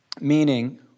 meaning